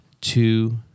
two